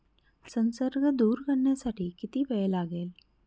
संसर्ग दूर करण्यासाठी किती वेळ लागेल?